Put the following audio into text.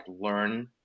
learn